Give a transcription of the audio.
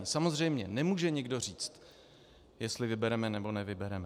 Samozřejmě nemůže nikdo říct, jestli vybereme nebo nevybereme.